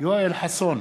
יואל חסון,